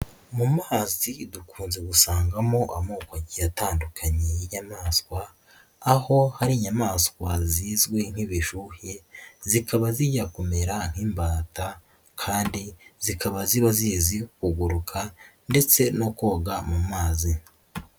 Mu mazi dukunze gusangamo amoko agiye atandukanye y'inyamaswa, aho hari inyamaswa zizwi nk'ibishuhe zikaba zijya kumera nk'imbata kandi zikaba ziba zizi kuguruka ndetse no koga mu mazi.